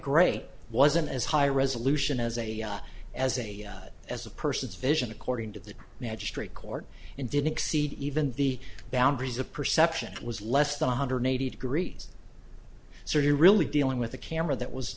great wasn't as high resolution as a as a as a person's vision according to the magistrate court and didn't exceed even the boundaries of perception it was less than one hundred eighty degrees so you're really dealing with a camera that was